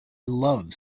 love